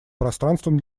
пространством